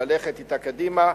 ללכת אתה קדימה,